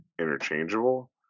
interchangeable